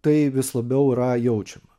tai vis labiau yra jaučiama